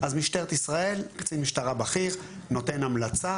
תלוי בהמלצה